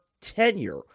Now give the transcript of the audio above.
tenure